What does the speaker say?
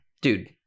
Dude